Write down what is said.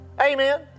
Amen